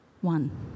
One